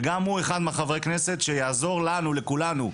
וגם הוא אחד מחברי הכנסת שיעזור לנו, לכולנו.